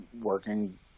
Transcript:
working